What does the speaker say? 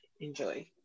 enjoy